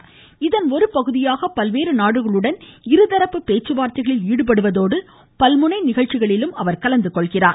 பல்வேறு இதன் பகுதியாக நாடுகளுடன் இருதரப்பு ஒரு பேச்சுவார்த்தைகளில் ஈடுபடுவதோடு பல்முனை நிகழ்ச்சிகளிலும் அவர் கலந்துகொள்கிறார்